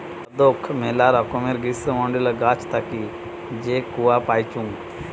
আদৌক মেলা রকমের গ্রীষ্মমন্ডলীয় গাছ থাকি যে কূয়া পাইচুঙ